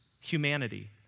humanity